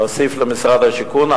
להוסיף למשרד השיכון,